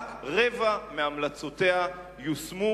רק רבע מהמלצותיה יושמו.